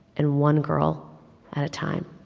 and one girl at a time.